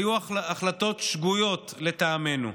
היו החלטות שגויות לטעמנו,